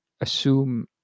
assume